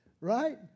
right